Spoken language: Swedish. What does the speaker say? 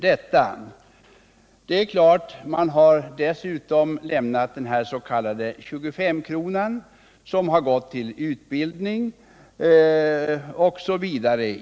Dessutom har man lämnat den s.k. 25-kronan, som gått till utbildning.